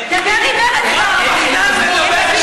אבל לטמטום,